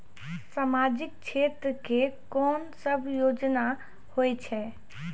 समाजिक क्षेत्र के कोन सब योजना होय छै?